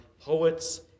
poets